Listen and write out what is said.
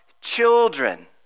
children